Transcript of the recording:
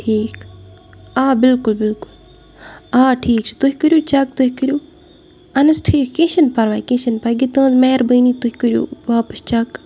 ٹھیٖک آ بِلکُل بِلکُل آ ٹھیٖک چھُ تُہۍ کٔرو چیٚک تُہۍ کٔرو اَہن حظ ٹھیٖک کیٚنہہ چھُنہٕ پَرواے کیٚنہہ چھُنہٕ پَرواے ییٚکیاہ تُہنٛز مہربٲنی تُہۍ کٔرو واپَس چیٚک